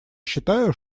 считаю